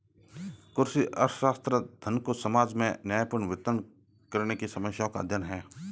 कृषि अर्थशास्त्र, धन को समाज में न्यायपूर्ण वितरण करने की समस्याओं का अध्ययन है